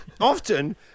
Often